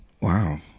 Wow